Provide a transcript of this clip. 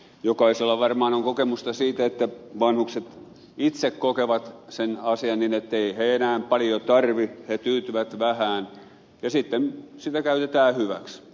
jokaisella varmaan on kokemusta siitä että vanhukset itse kokevat sen asian niin etteivät he enää paljon tarvitse he tyytyvät vähään ja sitten sitä käytetään hyväksi